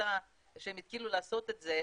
עמותה שהתחילה לעשות את זה,